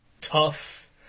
tough